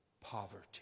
poverty